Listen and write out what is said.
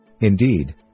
Indeed